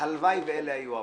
הלוואי ואלו יהיו הבעיות.